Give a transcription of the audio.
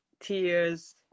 tears